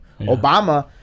Obama